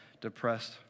depressed